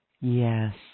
Yes